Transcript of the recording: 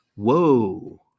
Whoa